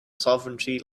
sovereignty